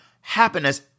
happiness